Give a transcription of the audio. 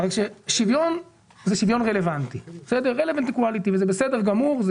שוויון הוא שוויון רלוונטי וזה בסדר גמור,